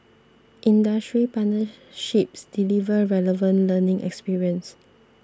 industry partnerships deliver relevant learning experience